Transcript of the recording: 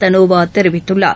தனோவா தெரிவித்துள்ளார்